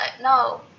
No